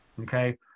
Okay